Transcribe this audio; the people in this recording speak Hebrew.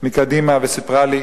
מקדימה וסיפרה לי